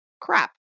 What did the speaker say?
crap